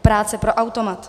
Práce pro automat.